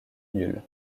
nul